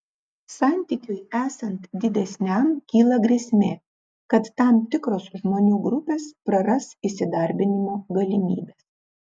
santykiui esant didesniam kyla grėsmė kad tam tikros žmonių grupės praras įsidarbinimo galimybes